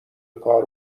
کار